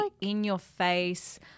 in-your-face